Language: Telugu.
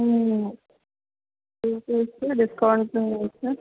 చూసి ఇస్తే డిస్కౌంట్స్